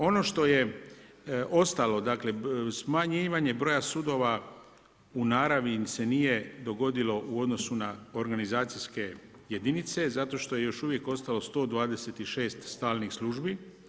Ono što je ostalo, dakle smanjivanje broja sudova u naravi se nije dogodilo u odnosu na organizacijske jedinice zato što je još uvijek ostalo 126 stalnih službi.